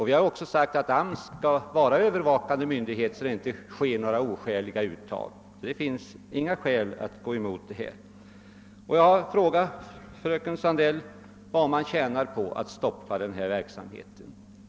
Vi har också sagt att AMS skall vara övervakande myndighet och se till att det inte tas ut några oskäliga avgifter. Det finns alltså ingen anledning att gå emot denna verksamhet. Jag har frågat fröken Sandell, vad man tjänar på att stoppa verksamheten.